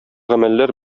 гамәлләр